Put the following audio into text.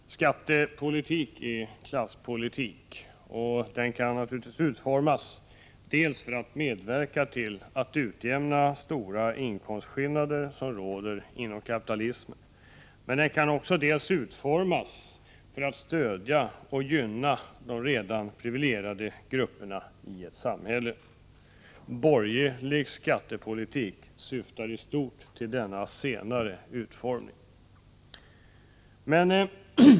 Fru talman! Skattepolitik är klasspolitik. Den kan utformas dels för att medverka till att utjämna de stora inkomstskillnader som råder inom kapitalismen, dels för att stödja och gynna de redan privilegierade grupperna i ett samhälle. Borgerlig skattepolik syftar i stort till denna senare utformning.